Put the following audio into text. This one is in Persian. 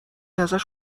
ازش